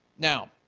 now,